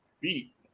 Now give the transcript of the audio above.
beat